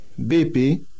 BP